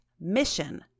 mission